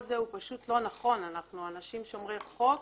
זה פשוט לא נכון, אנחנו אנשים שומרי חוק